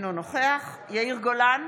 אינו נוכח יאיר גולן,